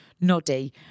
Noddy